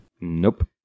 Nope